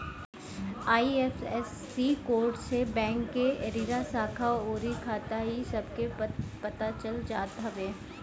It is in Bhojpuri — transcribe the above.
आई.एफ.एस.सी कोड से बैंक के एरिरा, शाखा अउरी खाता इ सब के पता चल जात हवे